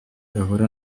bahura